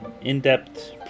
in-depth